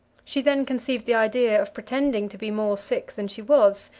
she then conceived the idea of pretending to be more sick than she was,